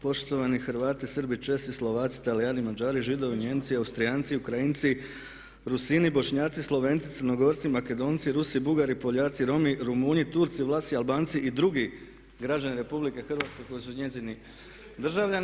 Poštovani Hrvati, Srbi, Česi, Slovaci, Talijani, Mađari, Židovi, Nijemci, Austrijanci, Ukrajinci, Rusini, Bošnjaci, Slovenci, Crnogorci, Makedonci, Rusi, Bugari, Poljaci, Romi, Romunji, Turci, Vlasi, Albanci i drugi građani RH koji su njezini državljani.